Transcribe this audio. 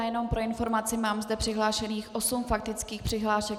Jenom pro informaci, mám zde přihlášených osm faktických přihlášek.